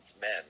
men